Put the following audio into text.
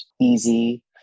easy